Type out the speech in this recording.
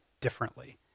differently